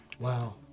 Wow